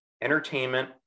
entertainment